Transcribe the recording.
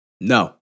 no